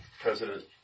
President